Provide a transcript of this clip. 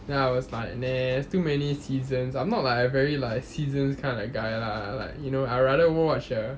then I was like meh there's too many seasons ah not like I very like seasons kind of guy lah like you know like I'd rather go watch the